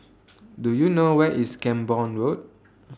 Do YOU know Where IS Camborne Road